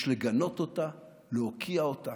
יש לגנות אותה, להוקיע אותה,